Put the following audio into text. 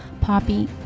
Poppy